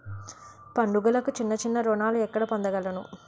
పండుగలకు చిన్న చిన్న రుణాలు ఎక్కడ పొందగలను?